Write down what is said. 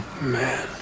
Man